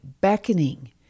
beckoning